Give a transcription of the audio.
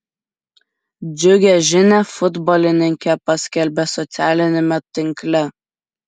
džiugią žinią futbolininkė paskelbė socialiniame tinkle